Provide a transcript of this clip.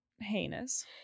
heinous